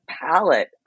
palette